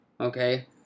okay